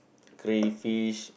crayfish